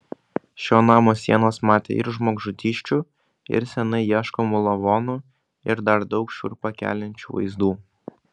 šio namo sienos matė ir žmogžudysčių ir seniai ieškomų lavonų ir dar daug šiurpą keliančių vaizdų